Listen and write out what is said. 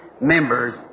members